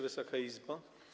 Wysoka Izbo!